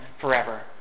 forever